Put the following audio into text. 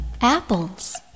Apples